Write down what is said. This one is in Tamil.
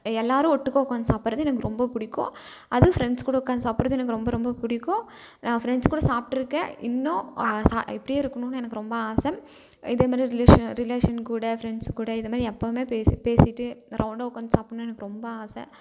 எல்லாரும் ஓட்டுக்காக உக்காந்து சாப்பிட்றது எனக்கு ரொம்ப பிடிக்கும் அது ஃப்ரெண்ட்ஸ் கூட உக்காந்து சாப்புட்றது எனக்கு ரொம்ப ரொம்ப பிடிக்கும் நான் ஃப்ரெண்ட்ஸ் கூட சாப்பிட்ருக்கேன் இன்னும் இப்படியே இருக்கணுன்னு எனக்கு ரொம்ப ஆசை இதேமாதிரி ரிலேஷன் கூட ஃப்ரெண்ட்ஸ் கூட இதமாதிரி எப்போவுமே பேசி பேசிகிட்டு ரௌண்டாக உட்காந்து சாப்படண்ணுன்னு எனக்கு ரொம்ப ஆசை